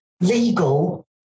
legal